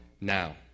Now